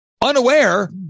unaware